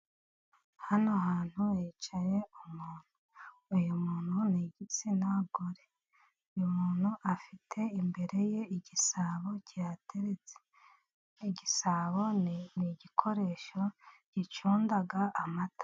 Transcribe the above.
Hano hantu hicaye umuntu. Uyu muntu ni igitsina gore. Uyu muntu afite imbere ye igisabo cyihateretse. Igisabo ni igikoresho gicunda amata.